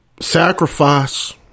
sacrifice